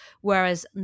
whereas